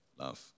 love